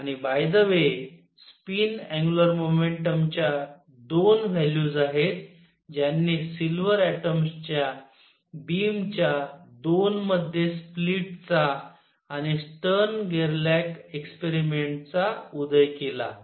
आणि by the way spin angular momentum च्या 2 values आहेत ज्यांनी सिल्वर ऍटॉम्स च्या बीम च्या 2 मध्ये स्प्लिट चा आणि स्टर्न गेर्लक एक्सपेरिमेंट चा उदय केला